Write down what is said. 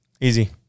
Easy